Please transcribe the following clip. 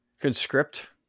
Conscript